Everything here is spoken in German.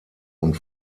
und